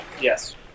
Yes